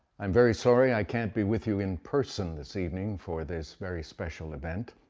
i'm very sorry i can't be with you in person this evening for this very special event,